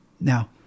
Now